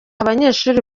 abanyeshuri